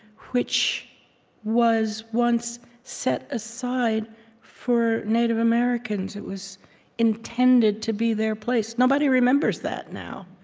which was once set aside for native americans it was intended to be their place. nobody remembers that now.